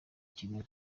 kigali